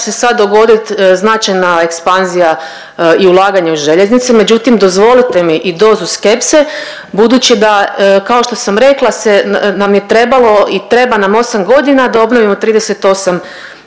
se sad dogoditi značajna ekspanzija i ulaganja u željeznice, međutim, dozvolite mi i dozu skepse budući da, kao što sam rekla nam je trebalo i treba nam 8 godina da obnovimo 38 km